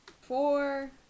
four